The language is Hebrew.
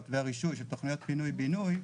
והרישוי של תוכניות פינוי בינוי,